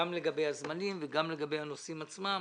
גם לגבי הזמנים וגם לגבי הנושאים עצמם